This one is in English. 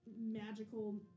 magical